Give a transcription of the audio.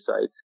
sites